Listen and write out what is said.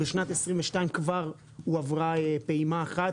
בשנת 2022 כבר הועברה פעימה אחת,